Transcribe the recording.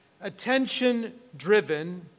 attention-driven